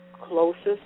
closest